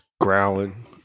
growling